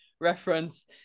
reference